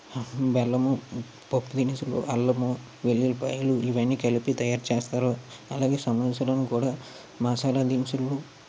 బెల్లము పప్పు దినుసులు అల్లము వెల్లులిపాయలు ఇవ్వన్నీ కలిపి తయారుచేస్తారు అలాగే సమొసాలను కూడా మసాలా దినుసులు